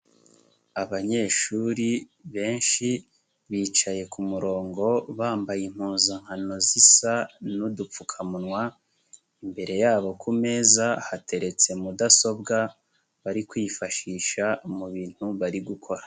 Abanyeshuri benshi bicaye ku murongo bambaye impuzankano zisa n'udupfukamunwa, imbere yabo ku meza hateretse mudasobwa bari kwifashisha mu bintu bari gukora.